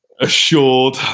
assured